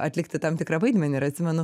atlikti tam tikrą vaidmenį ir atsimenu